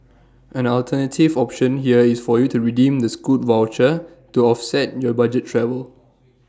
an alternative option here is for you to redeem the scoot voucher to offset your budget travel